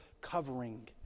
covering